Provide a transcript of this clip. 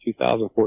2014